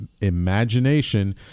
imagination